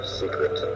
secret